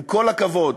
עם כל הכבוד,